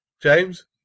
James